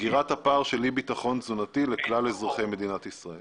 סגירת הפער של אי ביטחון תזונתי לכלל אזרחי מדינת ישראל.